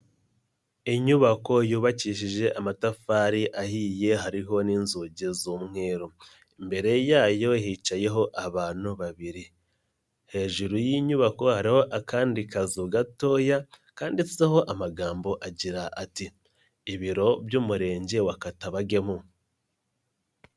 Inyubako yubakishije amatafari ahiye hariho n'inzugi z'umweru, imbere yayo hicayeho abantu babiri, hejuru y'inyubako hariho akandi kazu gatoya kanditseho amagambo agira ati "Ibiro by'Umurenge wa Katabagemo."